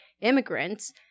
immigrants